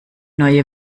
neue